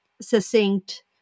succinct